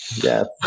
yes